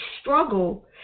struggle